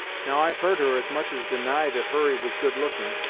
now, i've heard her as much as deny that hurry was good-looking,